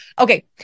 Okay